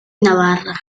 navarra